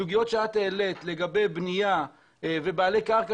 הסוגיות שאת העלית לגבי בנייה ובעלי קרקע